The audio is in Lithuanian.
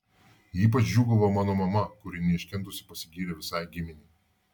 ypač džiūgavo mano mama kuri neiškentusi pasigyrė visai giminei